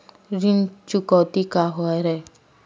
ऋण चुकौती का हरय?